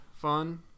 fun